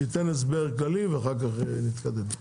שייתן הסבר כללי ואחר כך נתקדם.